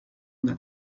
una